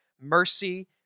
Mercy